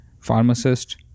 Pharmacist